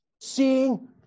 seeing